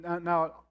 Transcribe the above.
Now